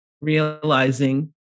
realizing